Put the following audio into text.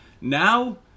Now